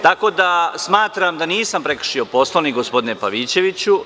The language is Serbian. Tako da smatram da nisam prekršio Poslovnik gospodine Pavićeviću.